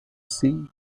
sea